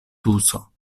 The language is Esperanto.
tuso